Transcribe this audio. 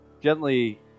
gently